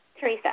Teresa